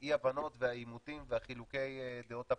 אי ההבנות והעימות וחילוקי הדעות הפוליטיים.